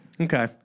Okay